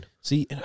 See